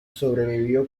sobrevivió